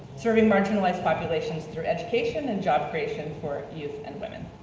serving marginalized populations through education and job creation for youth and women.